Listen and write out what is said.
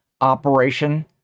operation